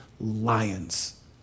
lions